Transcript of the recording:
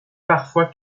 parfois